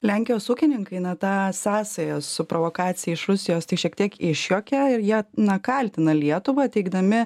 lenkijos ūkininkai ne tą sąsają su provokacija iš rusijos tai šiek tiek išjuoka ir jie na kaltina lietuvą teigdami